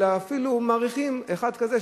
אלא אפילו מעריכים אחד כזה,